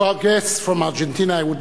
To our guests from Argentina I would